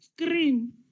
screen